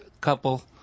couple